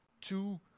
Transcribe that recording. two